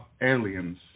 aliens